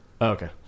Okay